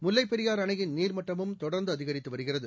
முல்லைப் பெரியாறு அணையின் நீர்மட்டமும் தொடர்ந்து அதிகரித்து வருகிறது